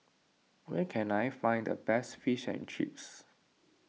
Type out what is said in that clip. where can I find the best Fish and Chips